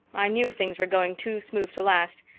i knew things were going too smooth to last.